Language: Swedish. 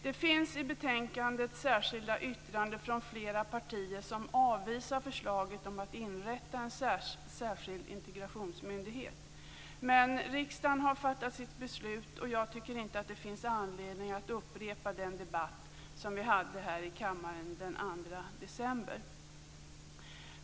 Det finns vid betänkandet särskilda yttranden från flera partier som avvisar förslaget om att inrätta en särskild integrationsmyndighet. Riksdagen har dock fattat sitt beslut, och jag tycker inte att det finns anledning att upprepa den debatt som vi hade här i kammaren den 2 december.